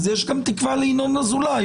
אז יש גם תקווה לינון אזולאי.